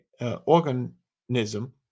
organism